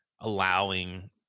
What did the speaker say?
allowing